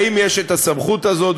האם יש את הסמכות הזאת,